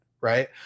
right